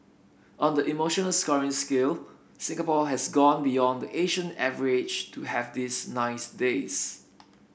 on the emotional scoring scale Singapore has gone beyond the Asian average to have these nice days